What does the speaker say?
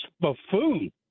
buffoon